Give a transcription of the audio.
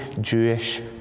Jewish